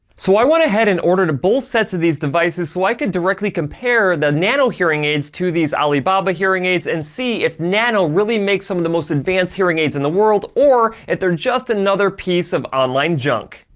so i went ahead and ordered both sets of these devices so i could directly compare the nano hearing aids to these alibaba hearing aids and see if nano really makes some of the most advanced hearing aids in the world, or if they're just another piece of online junk.